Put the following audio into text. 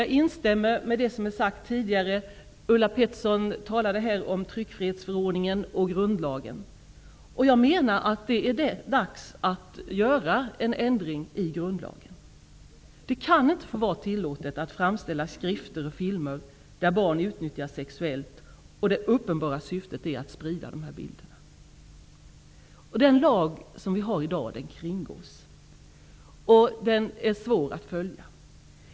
Jag instämmer med det som har sagts tidigare. Ulla Pettersson talade om tryckfrihetsförordningen och grundlagen. Jag menar att det är dags att göra en ändring i grundlagen. Det kan inte få vara tillåtet att framställa skrifter och filmer där barn utnyttjas sexuellt och det uppenbara syftet är att sprida dessa bilder. Lagen som vi har i dag kringgås och är svår att följa.